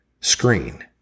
screen